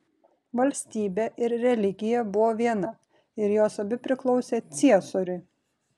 valstybė ir religija buvo viena ir jos abi priklausė ciesoriui